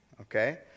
Okay